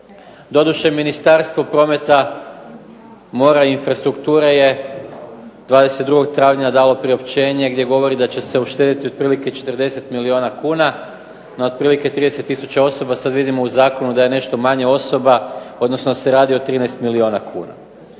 doduše Ministarstvo prometa, mora i infrastrukture je 22. travnja dalo priopćenje gdje govori da će se uštedjeti otprilike 40 milijuna kuna na otprilike 30 tisuća osoba. Sad vidimo u zakonu da je nešto manje osoba, odnosno da se radi o 13 milijuna kuna.